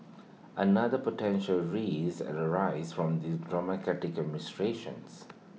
another potential risk and arise from the